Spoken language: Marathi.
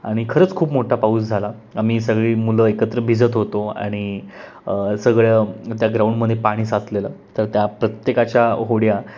आणि खरंच खूप मोठा पाऊस झाला आम्ही सगळी मुलं एकत्र भिजत होतो आणि सगळं त्या ग्राऊंडमध्ये पाणी साचलेलं तर त्या प्रत्येकाच्या होड्या